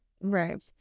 Right